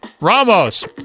Ramos